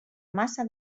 massa